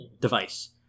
device